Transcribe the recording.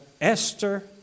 Esther